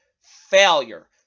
Failure